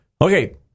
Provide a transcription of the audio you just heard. Okay